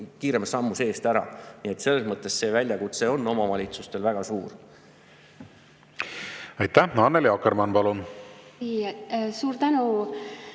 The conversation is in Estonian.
kiirema sammuga eest ära. Nii et selles mõttes see väljakutse on omavalitsustel väga suur. Aitäh! Annely Akkermann, palun! Aitäh!